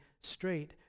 straight